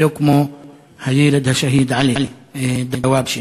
שלא כמו הילד השהיד עלי דוואבשה.